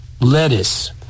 lettuce